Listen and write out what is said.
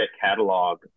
catalog